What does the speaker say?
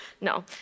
No